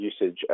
usage